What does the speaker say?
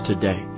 today